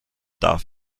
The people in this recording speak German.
darf